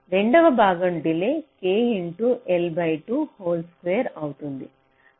రెండవ భాగం del K into L by 2 whole square K L2 whole square అవుతుంది